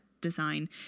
design